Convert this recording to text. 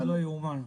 --- לא יאומן.